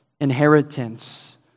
inheritance